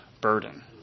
burden